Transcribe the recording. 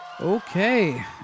Okay